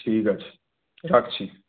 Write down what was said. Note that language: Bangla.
ঠিক আছে রাখছি